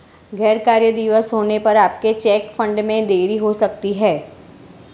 गैर कार्य दिवस होने पर आपके चेक फंड में देरी हो सकती है